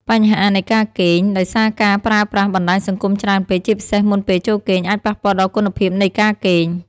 បញ្ហានៃការគេង ដោយសារការប្រើប្រាស់បណ្ដាញសង្គមច្រើនពេក ជាពិសេសមុនពេលចូលគេង អាចប៉ះពាល់ដល់គុណភាពនៃការគេង។